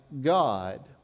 God